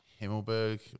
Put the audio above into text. Himmelberg